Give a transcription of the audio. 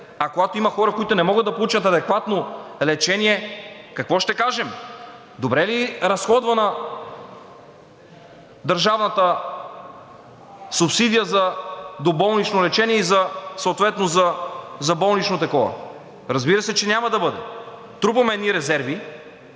а когато има хора, които не могат да получат адекватно лечение, какво ще кажем? Добре ли е разходвана държавната субсидия за доболнично лечение и съответно за болнично такова? Разбира се, че няма да бъде. Трупаме едни резерви,